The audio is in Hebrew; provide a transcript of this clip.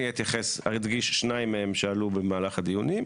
אני אדגיש שניים מהם שעלו במהלך הדיונים: